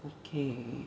okay